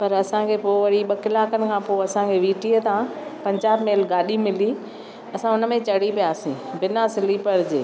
पर असांखे पोइ वरी ॿ कलाकनि खां पोइ असांखे वीटीअ तां पंजाब मेल गाॾी मिली असां उन में चढ़ी पियासीं बिना स्लीपर जे